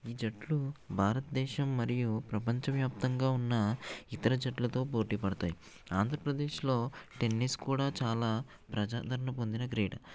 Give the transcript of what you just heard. ఈ జట్లు భారతదేశం మరియు ప్రపంచ వ్యాప్తంగా ఉన్న ఇతర జట్లతో పోటీ పడతాయి ఆంధ్రప్రదేశ్లో టెన్నిస్ కూడా చాలా ప్రజాదారణ పొందిన క్రీడ